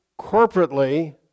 corporately